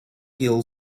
hill